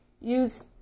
use